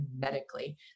medically